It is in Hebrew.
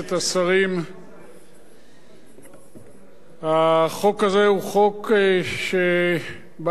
החוק הזה הוא חוק שבא לתקן דברים שנוגעים לפיקוח נפש,